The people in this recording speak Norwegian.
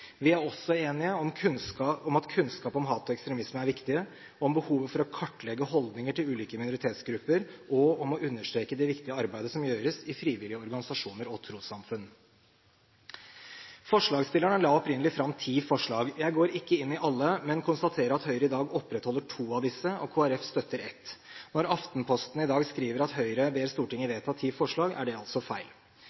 Vi er også enige om at kunnskap om hat og ekstremisme er viktig, om behovet for å kartlegge holdninger til ulike minoritetsgrupper og om å understreke det viktige arbeidet som gjøres i frivillige organisasjoner og trossamfunn. Forslagsstillerne la opprinnelig fram ti forslag. Jeg går ikke inn på alle, men konstaterer at Høyre i dag opprettholder to av disse, og at Kristelig Folkeparti støtter ett. Når Aftenposten i dag skriver at Høyre ber Stortinget